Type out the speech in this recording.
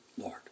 Lord